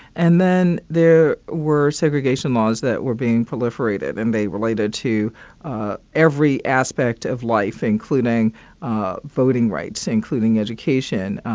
and then there were segregation laws that were being proliferated, and they related to every aspect of life, including ah voting rights, including education,